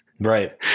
Right